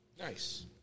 Nice